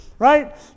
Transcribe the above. right